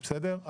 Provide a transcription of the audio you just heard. בסדר?